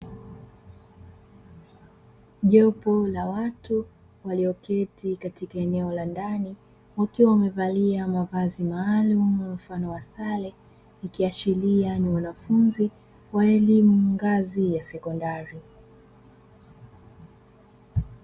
Jopo la watu waliyoketi katika eneo la ndani wakiwa wamevalia mavazi maalumu mfano wa sare, ikiashiria ni wanafunzi wa elimu ngazi ya sekondari.